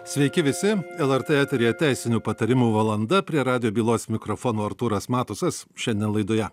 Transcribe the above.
sveiki visi lrt eteryje teisinių patarimų valanda prie radijo bylos mikrofono artūras matusas šiandien laidoje